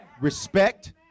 Respect